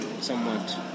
somewhat